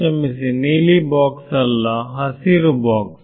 ಕ್ಷಮಿಸಿ ನೀಲಿ ಬಾಕ್ಸ್ ಅಲ್ಲ ಹಸಿರು ಬಾಕ್ಸ್